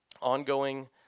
ongoing